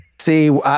See